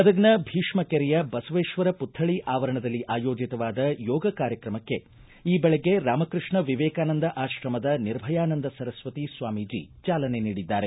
ಗದಗನ ಭೀಷ್ನ ಕೆರೆಯ ಬಸವೇಶ್ವರ ಮತ್ತಳಿ ಆವರಣದಲ್ಲಿ ಆಯೋಜಿತವಾದ ಯೋಗ ಕಾರ್ಯಕ್ರಮಕ್ಕೆ ಈ ಬೆಳಗ್ಗೆ ರಾಮಕೃಷ್ಣ ವಿವೇಕಾನಂದ ಆಶ್ರಮದ ನಿರ್ಭಯಾನಂದ ಸರಸ್ವತಿ ಸ್ವಾಮೀಜಿ ಚಾಲನೆ ನೀಡಿದ್ದಾರೆ